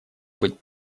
быть